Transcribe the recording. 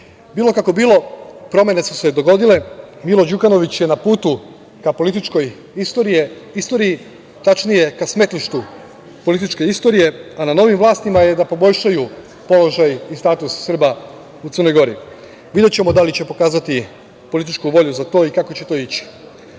kako bilo, promene su se dogodile. Milo Đukanović je na putu ka političkoj istoriji, tačnije ka smetlištu političke istorije, a na novim vlastima je da poboljšaju položaj i status Srba u Crnoj Gori. Videćemo da li će pokazati političku volju za to i kako će to ići.